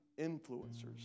Influencers